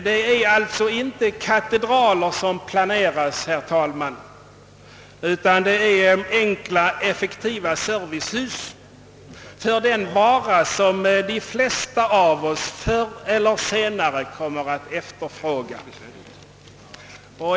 Det är alltså inte katedraler som planeras, herr talman, utan det är enkla, effektiva servicehus för den vara som de flesta av oss förr eller senare kommer att efterfråga.